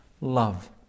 love